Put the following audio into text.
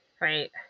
Right